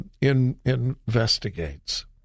investigates